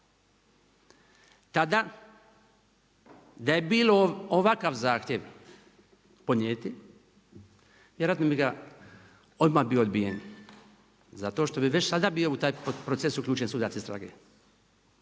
Tada da je bilo ovakav zahtjev podnijeti vjerojatno bi ga, odmah bio odbijen zato što bi već sada bio u taj proces uključen sudac istrage